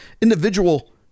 individual